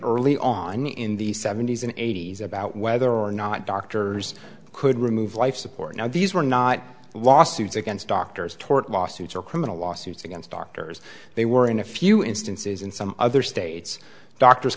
early on in the seventy's and eighty's about whether or not doctors could remove life support now these were not lawsuits against doctors tort lawsuits or criminal lawsuits against doctors they were in a few instances in some other states doctors